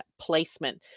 placement